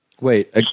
Wait